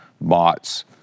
bots